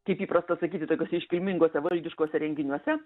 kaip įprasta sakyti tokiuose iškilminguose valdiškuose renginiuose